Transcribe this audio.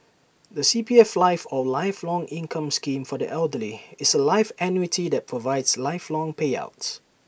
the C P F life or lifelong income scheme for the elderly is A life annuity that provides lifelong payouts